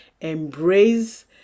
embrace